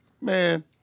man